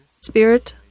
spirit